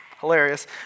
hilarious